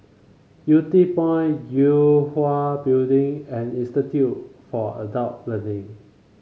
Yew Tee Point Yue Hwa Building and Institute for Adult Learning